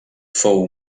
fou